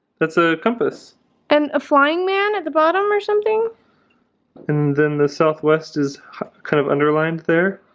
that's a compass and a flying man at the bottom or something and then the southwest is kind of underlined there.